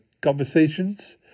conversations